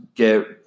Get